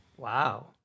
Wow